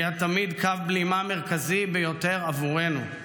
היה תמיד קו בלימה מרכזי ביותר עבורנו.